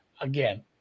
again